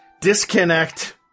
disconnect